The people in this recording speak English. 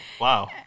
wow